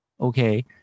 okay